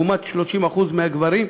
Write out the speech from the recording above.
לעומת 30% מהגברים,